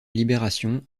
libération